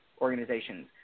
organizations